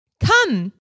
Come